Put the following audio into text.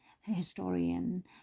historian